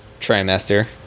trimester